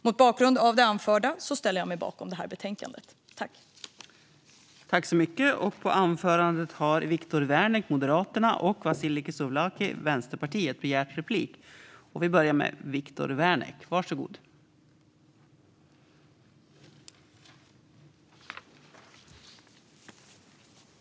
Mot bakgrund av det anförda ställer jag mig bakom utskottets förslag i detta betänkande.